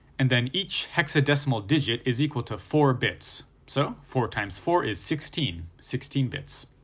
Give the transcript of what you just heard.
and then each hexadecimal digit is equal to four bits, so four times four is sixteen, sixteen bits.